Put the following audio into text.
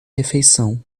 refeição